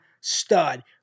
stud